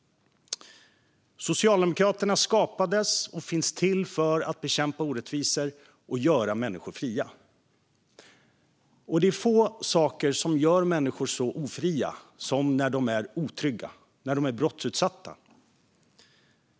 Socialdemokraterna skapades och finns till för att bekämpa orättvisor och göra människor fria. Det är få saker som gör människor så ofria som att vara otrygga och utsatta för brott.